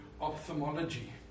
ophthalmology